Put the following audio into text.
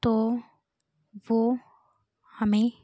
तो वो हमें